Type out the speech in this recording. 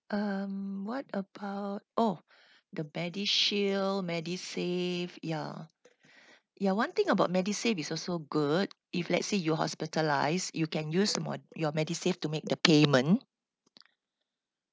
um what about oh the medishield medisave ya ya one thing about medisave is also good if let's say you're hospitalised you can use mo~ your medisave to make the payment